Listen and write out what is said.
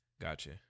Gotcha